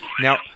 Now